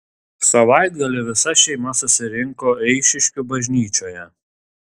savaitgalį visa šeima susirinko eišiškių bažnyčioje